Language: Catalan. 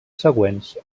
següents